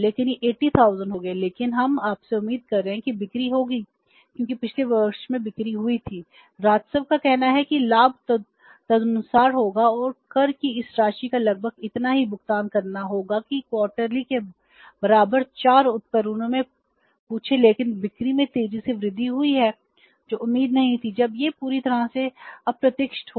लेकिन यह 80000 हो गया लेकिन हम आपसे उम्मीद कर रहे हैं कि बिक्री होगी क्योंकि पिछले वर्ष में बिक्री हुई थी राजस्व का कहना है कि लाभ तदनुसार होगा और कर की इस राशि का लगभग इतना ही भुगतान करना होगा कि तिमाही के बराबर चार उपकरणों में पूछें लेकिन बिक्री में तेजी से वृद्धि हुई है जो उम्मीद नहीं थी जब यह पूरी तरह से अप्रत्याशित है